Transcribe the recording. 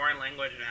language